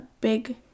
big